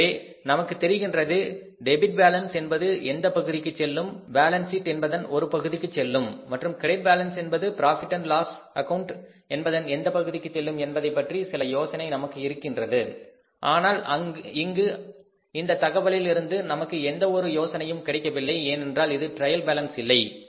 எனவே நமக்குத் தெரிகின்றது டெபிட் பேலன்ஸ் என்பது எந்த பகுதிக்கு செல்லும் பேலன்ஸ் சீட் என்பதன் எந்த பகுதிக்கு செல்லும் மற்றும் கிரெடிட் பேலன்ஸ் என்பது பிராபிட் அண்ட் லாஸ் ஆக்கவுண்ட் என்பதன் எந்த பகுதிக்கு செல்லும் என்பதைப்பற்றிய சில யோசனை நமக்கு இருக்கின்றது ஆனால் இங்கு இந்த தகவலில் இருந்து நமக்கு எந்த ஒரு யோசனையும் கிடைக்கவில்லை ஏனென்றால் இது ட்ரையல் பேலன்ஸ் இல்லை